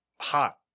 hot